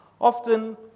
often